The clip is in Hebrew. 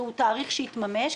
זה תאריך שיתממש.